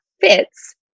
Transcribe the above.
fits